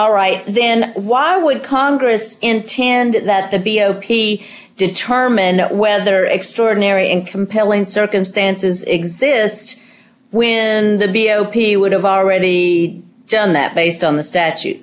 all right then why would congress intended that the be o p determine whether extraordinary and compelling circumstances exist when the b o p would have already done that based on the statute